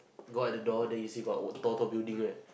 go at the door then you see got word Toto building at